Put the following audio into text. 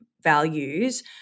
values